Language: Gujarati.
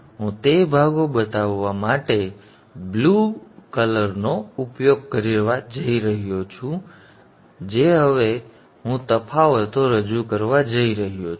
હવે હું તે ભાગો બતાવવા માટે વાદળી રંગનો ઉપયોગ કરવા જઇ રહ્યો છું જે હવે હું તફાવતો રજૂ કરવા જઇ રહ્યો છું